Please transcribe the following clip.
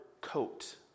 coat